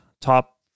top